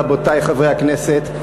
רבותי חברי הכנסת,